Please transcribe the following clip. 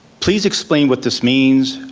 please explain what this means,